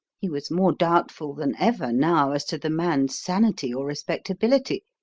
he was more doubtful than ever now as to the man's sanity or respectability.